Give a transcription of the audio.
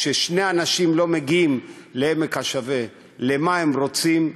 כששני אנשים לא מגיעים לעמק השווה במה שהם רוצים,